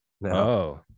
No